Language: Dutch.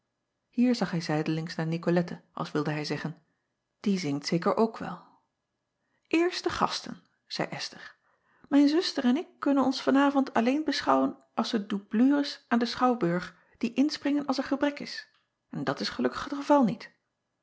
ier zag hij zijdelings naar icolette als wilde hij zeggen die zingt zeker ook wel erst de gasten zeî sther mijn zuster en ik kunnen ons van avond alleen beschouwen als de doublures aan den schouwburg die inspringen als er gebrek is en acob van ennep laasje evenster delen dat is gelukkig het geval niet